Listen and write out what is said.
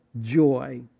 joy